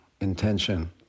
intention